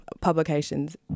publications